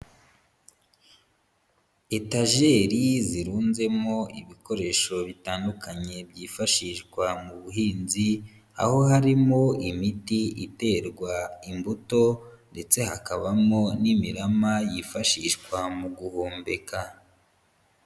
Etajeri zirunzemo ibikoresho bitandukanye byifashishwa mu buhinzi, aho harimo imiti iterwa imbuto ndetse hakabamo n'imirama yifashishwa mu guhumbika.